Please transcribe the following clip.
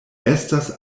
estas